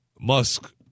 Musk